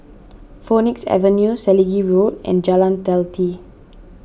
Phoenix Avenue Selegie Road and Jalan Teliti